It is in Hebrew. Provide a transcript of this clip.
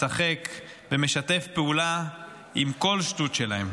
משחק ומשתף פעולה עם כל שטות שלהם.